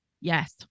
Yes